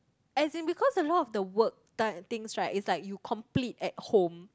as in because a lot of the work done things right is like you complete at home